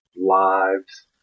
lives